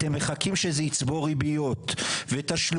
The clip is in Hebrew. אתם מחכים שזה יצבור ריביות ותשלומים,